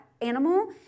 animal